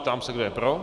Ptám se, kdo je pro.